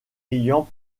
ayant